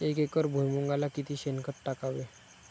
एक एकर भुईमुगाला किती शेणखत टाकावे?